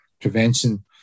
prevention